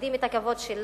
מכבדים את הכבוד שלנו,